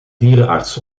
dierenarts